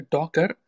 Docker